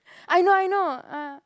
I know I know uh